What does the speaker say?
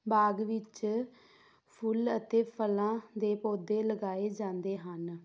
ਬਾਗ ਵਿੱਚ ਫੁੱਲ ਅਤੇ ਫਲਾਂ ਦੇ ਪੌਦੇ ਲਗਾਏ ਜਾਂਦੇ ਹਨ